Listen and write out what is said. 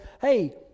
hey